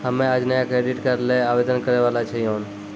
हम्मे आज नया क्रेडिट कार्ड ल आवेदन करै वाला छियौन